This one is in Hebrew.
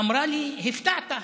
ואמרה לי: הפתעת.